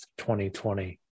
2020